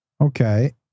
Okay